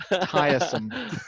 tiresome